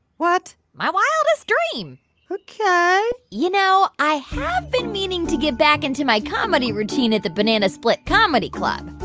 what? my wildest dream ok. you know, i have been meaning to get back into my comedy routine at the banana split comedy club.